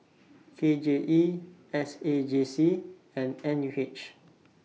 K J E S A J C and N U H